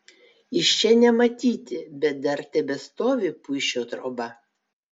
iš čia nematyti bet dar tebestovi puišio troba